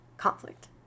conflict